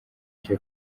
icyo